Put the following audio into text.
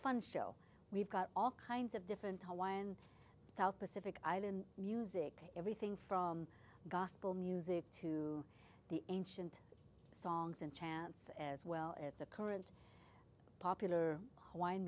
fun show we've got all kinds of different hawaiian south pacific island music everything from gospel music to the ancient songs and chants as well as a current popular